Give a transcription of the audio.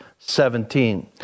17